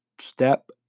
step